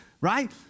right